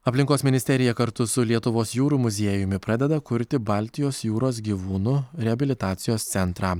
aplinkos ministerija kartu su lietuvos jūrų muziejumi pradeda kurti baltijos jūros gyvūnų reabilitacijos centrą